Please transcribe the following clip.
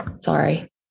Sorry